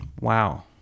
Wow